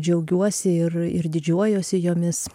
džiaugiuosi ir ir didžiuojuosi jomis